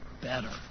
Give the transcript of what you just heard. better